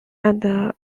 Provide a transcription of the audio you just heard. and